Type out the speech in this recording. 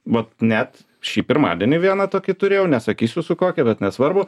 vat net šį pirmadienį vieną tokį turėjau nesakysiu su kokia bet nesvarbu